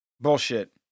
bullshit